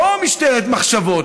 לא משטרת מחשבות,